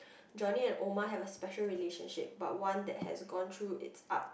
Johnny and Omar have a special relationship but one that has gone through it's up